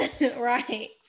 Right